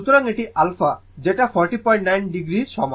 সুতরাং এটি α যেটা 409 o এর সমান এটি একটি উপায়